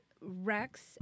Rex